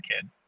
kid